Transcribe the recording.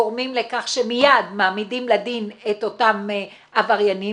גורמים לכך שמיד מעמידים את אותם עבריינים,